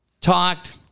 talked